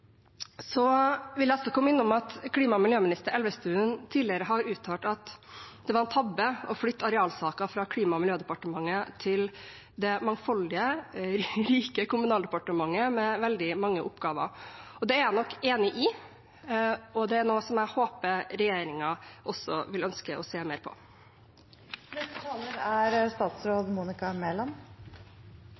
vil jeg også komme innom at klima- og miljøminister Elvestuen tidligere har uttalt at det var en tabbe å flytte arealsaker fra Klima- og miljødepartementet til det mangfoldige, rike Kommunal- og moderniseringsdepartementet med veldig mange oppgaver. Det er jeg nok enig i, og det er noe jeg håper regjeringen også vil ønske å se mer på. Vi er alle enige om at tap av naturmangfold, klimaendringer og jordvern er